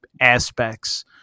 aspects